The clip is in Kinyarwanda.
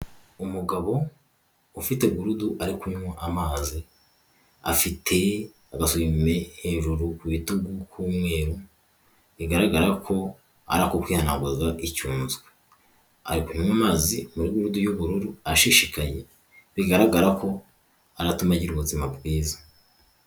Umugabo ufite gurudu ari kunywa amazi, afite agasuwime hejuru ku bitugu k'umweru, bigaragara ko ari ako kwihanaguza icyunzwe, ari kunywa amazi muri gurudu, y'ubururu ashishikaye bigaragara ko aratumagira ubuzima bwiza.